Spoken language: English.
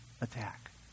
attack